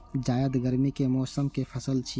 जायद गर्मी के मौसम के पसल छियै